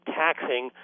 taxing